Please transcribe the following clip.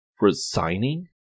resigning